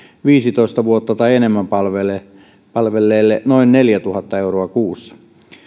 viisitoista vuotta tai enemmän palvelleelle noin neljätuhatta euroa kuussa